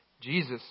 Jesus